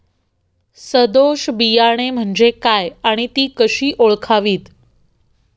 सदोष बियाणे म्हणजे काय आणि ती कशी ओळखावीत?